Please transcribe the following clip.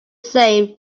same